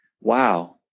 wow